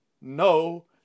No